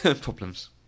problems